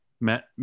met